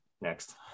Next